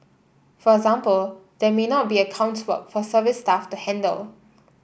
for example there may not be accounts work for service staff to handle